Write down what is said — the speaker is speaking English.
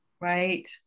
Right